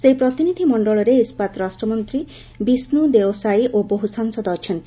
ସେହି ପ୍ରତିନିଧି ମଣ୍ଡଳରେ ଇସ୍କାତ ରାଷ୍ଟ୍ରମନ୍ତ୍ରୀ ବିଷ୍ଣୁ ଦେଓ ସାଇ ଓ ବହୁ ସାଂସଦ ଅଛନ୍ତି